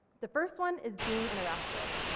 the first one is being interactive.